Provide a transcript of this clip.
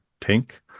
tank